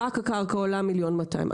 עולה 1.200 מיליון,